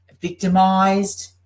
victimized